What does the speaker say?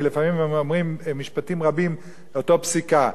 כי לפעמים אומרים במשפטים רבים אותה פסיקה,